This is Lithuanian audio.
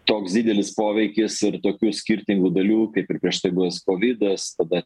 toks didelis poveikis ir tokių skirtingų dalių kaip ir prieš tai buvęs kovidas tada